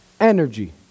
energy